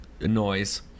noise